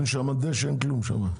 אין שם דשא, אין שם כלום.